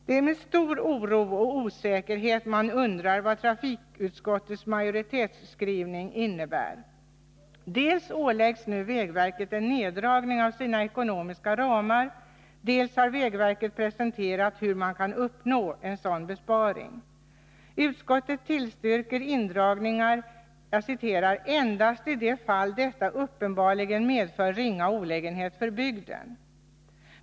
Det är med stor oro och osäkerhet man undrar vad trafikutskottets majoritetsskrivning innebär. Dels åläggs nu vägverket en neddragning av sina ekonomiska ramar, dels har vägverket presenterat hur man kan uppnå en sådan besparing. Utskottet tillstyrker indragningar ”endast i de fall detta uppenbarligen medför ringa olägenhet för bygden”.